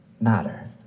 matter